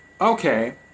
okay